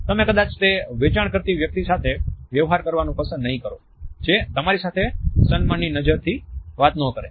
તમે કદાચ તે વેચાણ કરતી વ્યક્તિ સાથે વ્યવહાર કરવાનું પસંદ નહિ કરો જે તમારી સાથે સન્માનની નજરથી વાત ન કરે